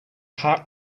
heart